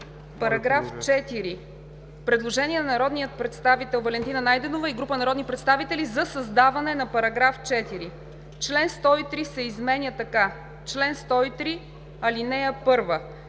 Параграф 4 – предложение на народния представител Валентина Найденова и група народни представители за създаване на § 4: „§ 4. Член 103 се изменя така: „Чл. 103 (1)